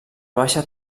baixa